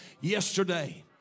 yesterday